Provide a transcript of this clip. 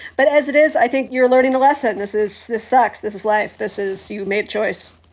but as it is, i think you're learning the lesson. and this is the sex. this is life. this is your mate choice.